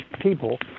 people